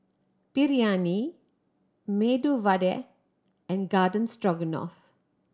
Biryani Medu Vada and Garden Stroganoff